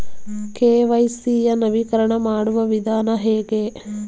KYC ಯ ನವೀಕರಣ ಮಾಡುವ ವಿಧಾನ ಹೇಗೆ?